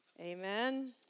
Amen